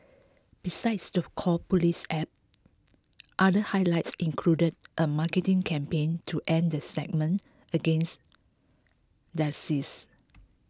besides the Call Police App other highlights included a marketing campaign to end the stigma against dyslexia